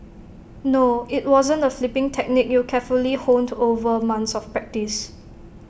no IT wasn't the flipping technique you carefully honed over months of practice